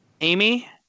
Amy